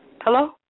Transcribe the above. Hello